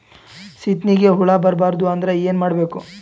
ಸೀತ್ನಿಗೆ ಹುಳ ಬರ್ಬಾರ್ದು ಅಂದ್ರ ಏನ್ ಮಾಡಬೇಕು?